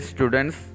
Students